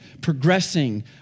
progressing